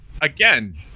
Again